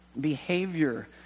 behavior